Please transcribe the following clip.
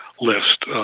list